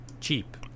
cheap